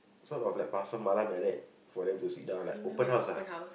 sort of like Pasar Malam like that for them to sit down like open house ah